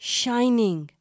shining।